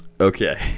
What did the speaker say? okay